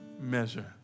measure